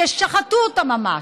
ששחטו אותה ממש,